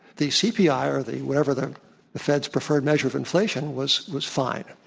the cpi or the, whatever the the fed's preferred measure of inflation, was was fine.